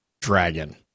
dragon